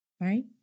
right